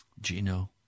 Gino